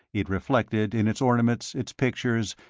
it reflected, in its ornaments, its pictures,